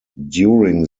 during